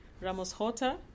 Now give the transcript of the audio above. Ramos-Horta